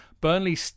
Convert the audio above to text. burnley